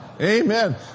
Amen